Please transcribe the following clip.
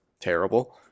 terrible